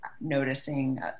noticing